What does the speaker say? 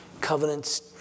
covenants